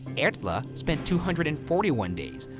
erla spent two hundred and forty one days.